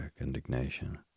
indignation